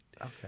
Okay